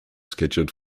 scheduled